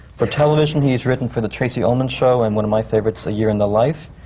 for television, he has written for the tracey ullman show, and one of my favorites, a year in the life.